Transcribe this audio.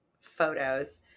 photos